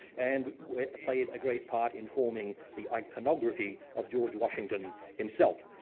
and played a great part in forming the iconography of george washington himself.